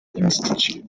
institute